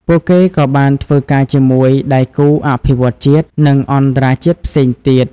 ពួកគេក៏បានធ្វើការជាមួយ ដៃគូអភិវឌ្ឍន៍ជាតិ និងអន្តរជាតិផ្សេងទៀត។